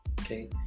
okay